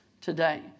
today